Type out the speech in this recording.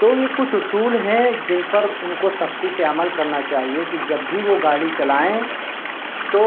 تو یہ کچھ اصول ہیں جن پر ان کو سختی سے عمل کرنا چاہیے کہ جب بھی وہ گاڑی چلائیں تو